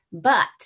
but-